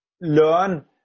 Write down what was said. learn